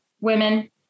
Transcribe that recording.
women